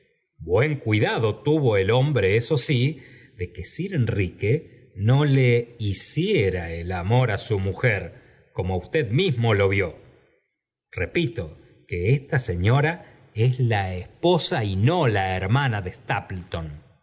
buen cuidado tuvo el hombre eso si de que sir enrique no le hiciera el amor á su mujer como usted mismo lo vió repito que esta señora es la esposa y no la hermana de